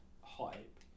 hype